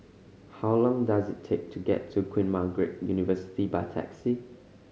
how long does it take to get to Queen Margaret University by taxi